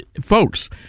folks